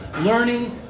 learning